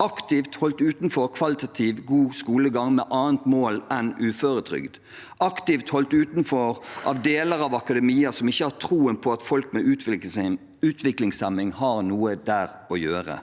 aktivt holdt utenfor kvalitativ god skolegang med annet mål enn uføretrygd, aktivt holdt utenfor av deler av akademia som ikke har troen på at folk med utviklingshemning har noe der å gjøre,